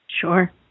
Sure